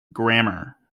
grammar